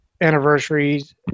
Anniversaries